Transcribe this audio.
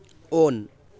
on